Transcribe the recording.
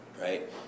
right